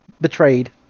Betrayed